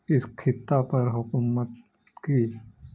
اس کطہ پر حکومت کی